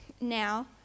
now